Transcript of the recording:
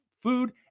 food